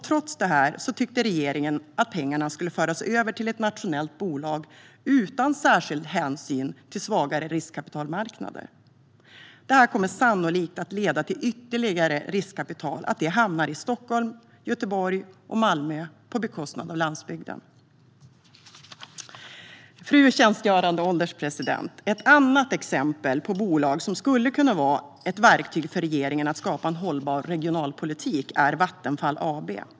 Trots detta tyckte regeringen att pengarna skulle föras över till ett nationellt bolag utan särskild hänsyn till svagare riskkapitalmarknader. Detta kommer sannolikt att leda till att ytterligare riskkapital hamnar i Stockholm, Göteborg och Malmö på bekostnad av landsbygden. Fru ålderspresident! Ett annat exempel på ett bolag som skulle kunna vara ett verktyg för regeringen för att skapa en hållbar regionalpolitik är Vattenfall AB.